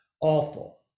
awful